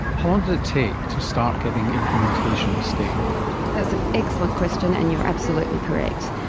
how long did it take to start getting implementation state-wide? that's an excellent question and you are absolutely correct.